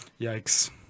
Yikes